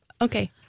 Okay